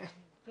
כן.